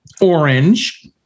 orange